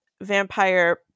vampire